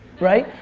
right?